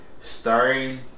starring